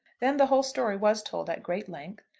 then the whole story was told at great length,